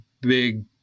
big